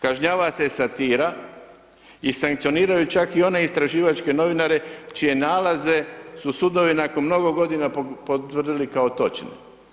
Kažnjava se satira i sankcioniraju čak i one istraživačke novinare čije nalaze su sudovi nakon mnogo godina potvrdili kao točne.